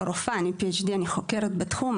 אני לא רופאה, אני PhD, אני חוקרת בתחום.